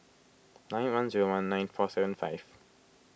nine one zero one nine four seven five